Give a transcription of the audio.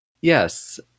Yes